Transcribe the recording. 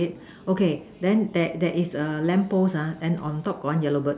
okay then there there is a lamp post ah then on top got one yellow bird